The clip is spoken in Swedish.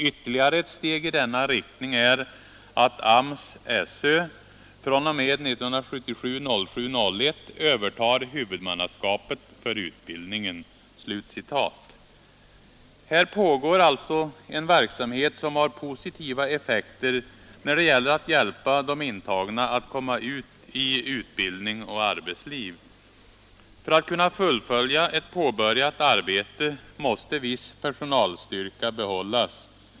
Ywuerligare eu steg i denna riktning är att AMS/SÖ fom 1977-07-01 övertar huvudmannaskapet för utbildningen.” Här pågår alltså en verksamhet som har positiva effekter när det gäller att hjälpa de intagna att komma ut i utbildning och arbetsliv. För att kunna fullfölja ev påbörjat arbete måste viss personalstyrka behållas.